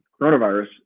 coronavirus